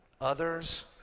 others